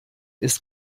ist